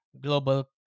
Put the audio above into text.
global